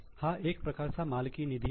हा एका प्रकारचा मालकी निधी आहे